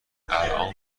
الان